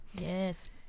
Yes